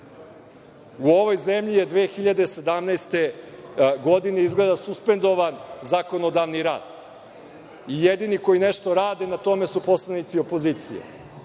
ovoj zemlji je 2017. godine izgleda suspendovan zakonodavni rad. Jedini koji nešto rade na tome su poslanici opozicije.